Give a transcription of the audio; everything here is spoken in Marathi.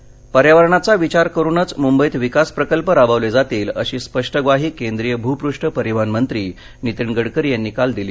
गडकरी पर्यावरणाचा विचार करूनच मुंबईत विकास प्रकल्प राबवले जातील अशी स्पष्ट ग्वाही केंद्रीय भ्पृष्ठ परिवहन मंत्री नीतीन गडकरी यांनी काल दिली